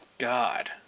God